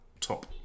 top